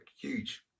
huge